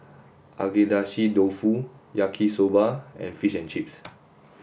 Agedashi Dofu Yaki Soba and Fish and Chips